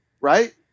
right